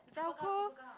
velcro